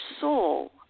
soul